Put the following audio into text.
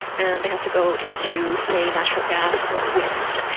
and they have to go into say national gas or wind,